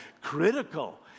critical